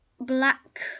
black